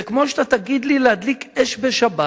זה כמו שאתה תגיד לי להדליק אש בשבת.